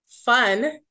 fun